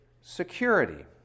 security